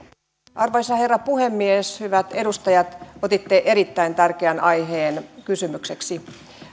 arvoisa herra puhemies hyvät edustajat otitte erittäin tärkeän aiheen kysymykseksi